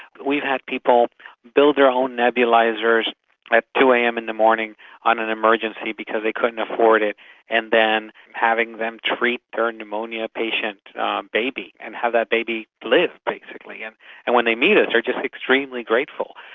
we've had people build their own nebulisers at two am in the morning on an emergency because they couldn't afford it and then having them treat their pneumonia patient baby and have that baby live, basically. and and when they meet us they're just extremely grateful.